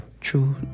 true